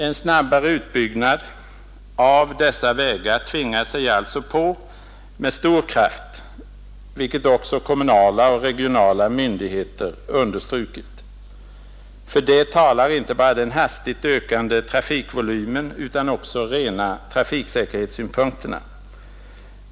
En snabbare utbyggnad av dessa vägar tvingar sig alltså på med stor kraft, vilket också kommunala och regionala myndigheter med kraft understrukit. För det talar inte bara den hastigt ökande trafikvolymen utan även de rena trafiksäkerhetssynpunkterna.